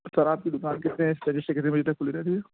سر آپ کی دکان کتنے بجے سے کتنے بجے تک کھلی رہتی ہے